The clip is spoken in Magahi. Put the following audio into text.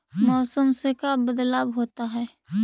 मौसम से का बदलाव होता है?